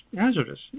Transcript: hazardous